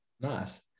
nice